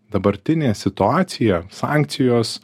dabartinė situacija sankcijos